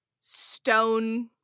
stone